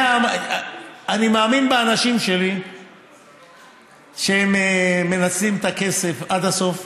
אני מאמין באנשים שלי שהם מנצלים את הכסף עד הסוף,